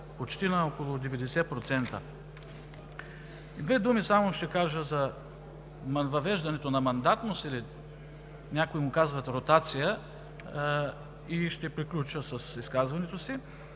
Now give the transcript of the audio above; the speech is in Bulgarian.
90%, се увеличават. Две думи само ще кажа за въвеждането на мандатност, някои му казват ротация, и ще приключа с изказването си.